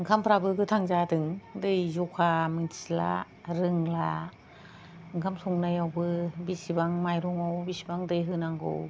ओंखामफ्राबो गोथां जादों दै जखा मिथिला रोंला ओंखाम संनायावबो बिसिबां माइरंआव बिसिबां दै होनांगौ